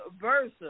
versa